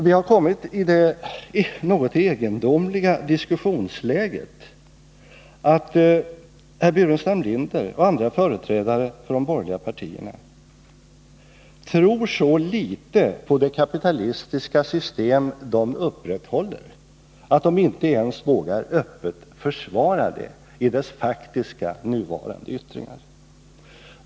Vi har kommit i det något egendomliga diskussionsläget att herr Burenstam Linder och andra företrädare för de borgerliga partierna tror så litet på det kapitalistiska system de upprätthåller, att de inte ens vågar öppet försvara det i dess faktiska nuvarande yttringar.